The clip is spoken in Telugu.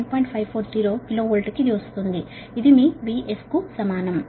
540 కిలో వోల్ట్కు సమానం గా వస్తోంది ఇది మీ VS